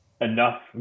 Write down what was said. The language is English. enough